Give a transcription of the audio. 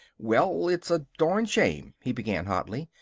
well, it's a darned shame! he began hotly.